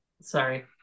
sorry